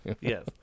yes